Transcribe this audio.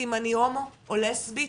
אם אני הומו או לסבית,